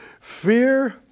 Fear